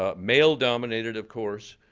ah male dominated, of course,